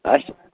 اَسہِ چھِ